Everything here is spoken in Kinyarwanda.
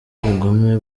ubugome